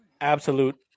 absolute